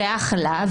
שייך לה,